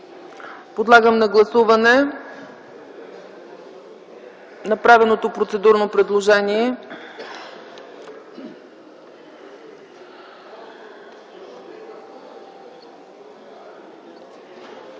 Подлагам на гласуване направеното процедурно предложение.